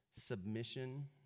submission